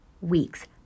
weeks